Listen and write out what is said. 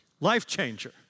Life-changer